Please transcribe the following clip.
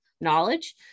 knowledge